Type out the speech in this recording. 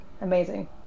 amazing